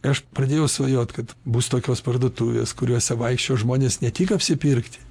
aš pradėjau svajot kad bus tokios parduotuvės kuriose vaikščios žmonės ne tik apsipirkti